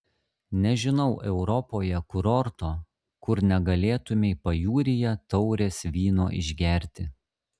nežinau europoje kurorto kur negalėtumei pajūryje taurės vyno išgerti